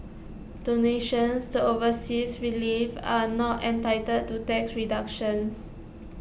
donations to overseas relief are not entitled to tax deductions